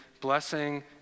blessing